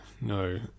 no